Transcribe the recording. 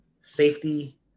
safety